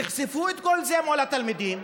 תחשפו את כל זה מול התלמידים,